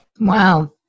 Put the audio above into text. Wow